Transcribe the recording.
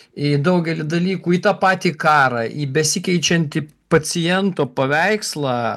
į daugelį dalykų į tą patį karą į besikeičiantį paciento paveikslą